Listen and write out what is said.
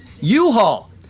U-Haul